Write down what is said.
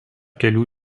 kelių